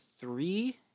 three –